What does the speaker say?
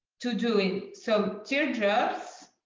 to do it. so teardrops